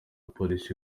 polisi